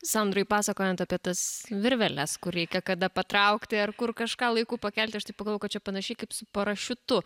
sandrai pasakojant apie tas virveles kur reikia kada patraukti ar kur kažką laiku pakelti aš taip pagavau kad čia panašiai kaip su parašiutu